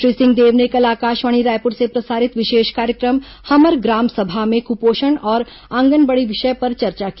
श्री सिंहदेव ने कल आकाशवाणी रायपुर से प्रसारित विशेष कार्यक्रम हमर ग्राम सभा में कुपोषण और आंगनबाड़ी विषय पर चर्चा की